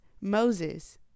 Moses